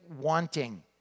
wanting